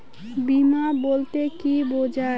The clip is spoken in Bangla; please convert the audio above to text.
বিমা বলতে কি বোঝায়?